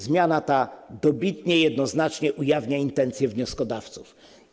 Zmiana ta dobitnie i jednoznacznie ujawnia intencje wnioskodawców.